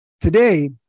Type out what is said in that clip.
Today